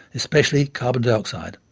especially carbon dioxide?